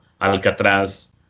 alcatraz